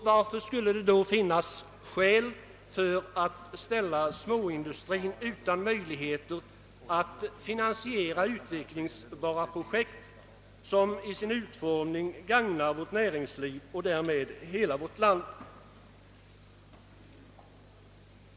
Varför skulle det då finnas skäl för att ställa småindustrin utan möjligheter att finansiera utvecklingsbara projekt, vilka genom sin utformning gagnar vårt näringsliv och därmed hela vårt land?